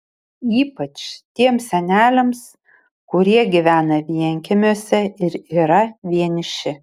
ypač tiems seneliams kurie gyvena vienkiemiuose ir yra vieniši